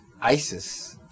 ISIS